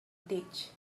ditch